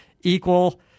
equal –